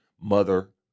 mother